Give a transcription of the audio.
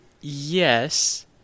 yes